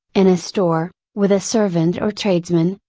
in a store, with a servant or tradesman,